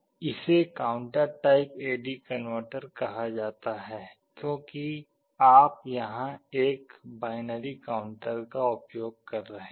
इसे counter type AD converter कहा जाता है क्योंकि आप यहां एक बाइनरी काउंटर का उपयोग कर रहे हैं